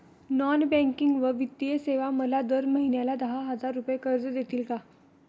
Non banking व वित्तीय सेवा मला दर महिन्याला दहा हजार रुपये कर्ज देतील का?